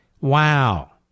Wow